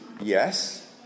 yes